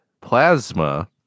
plasma